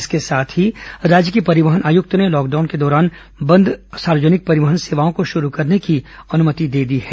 इसके साथ ही राज्य के परिवहन आयुक्त ने लॉकडाउन के दौरान बंद सार्वजनिक परिवहन सेवाओं को शुरू करने की अनुमति दे दी है